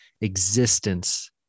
existence